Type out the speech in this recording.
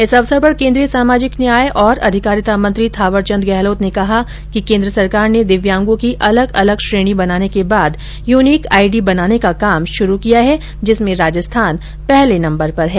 इस अवसर पर केन्द्रीय सामाजिक न्याय और अधिकारिता मंत्री थावरचंद गहलोत ने कहा कि केन्द्र सरकार ने दिव्यांगों की अलग अलग श्रेणी बनाने के बाद यूनिक आईडी बनाने का काम शुरू किया है जिसमें राजस्थान पहले नंबर पर है